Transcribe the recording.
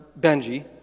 Benji